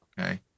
Okay